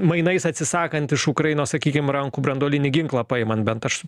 mainais atsisakant iš ukrainos sakykim rankų branduolinį ginklą paimant bent aš